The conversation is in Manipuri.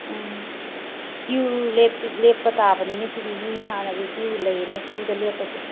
ꯎꯝ ꯀ꯭ꯌꯨ ꯂꯦꯞꯇꯤ ꯂꯦꯞꯄ ꯇꯥꯕꯅꯤꯅꯦ ꯁꯤꯗꯤ ꯃꯤ ꯍꯥꯟꯅꯒꯤ ꯀ꯭ꯌꯨ ꯂꯩꯌꯦꯅꯦ ꯀ꯭ꯌꯨꯗ ꯂꯦꯞꯄꯁꯦ